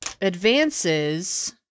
advances